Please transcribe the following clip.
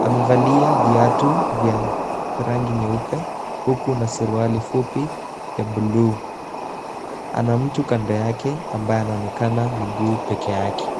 Amevalia viatu vya rangi nyeupe huku na suruali fupi ya buluu. Ana mtu kando yake ambaye anaonekana miguu pekee yake.